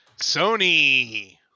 Sony